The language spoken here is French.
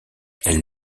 elle